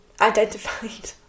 identified